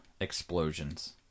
explosions